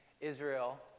Israel